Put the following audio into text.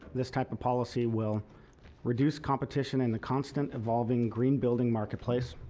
this type of policy will reduce competition in the constant evolving green building marketplace.